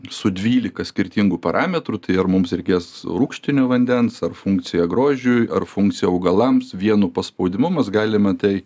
su dvylika skirtingų parametrų tai ar mums reikės rūgštinio vandens ar funkcija grožiui ar funkcija augalams vienu paspaudimu mes galima tai